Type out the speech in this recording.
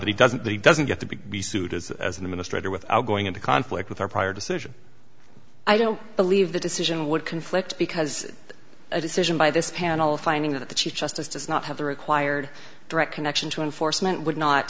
that he doesn't he doesn't get to be be sued as as an administrator without going into conflict with our prior decision i don't believe the decision would conflict because a decision by this panel finding that the chief justice does not have the required direct connection to enforcement would not